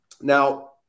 Now